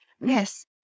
Yes